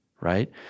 right